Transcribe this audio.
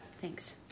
Thanks